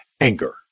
Anger